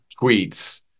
tweets